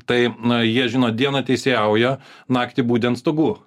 tai na jie žino dieną teisėjauja naktį budi ant stogų